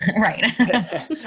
Right